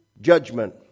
judgment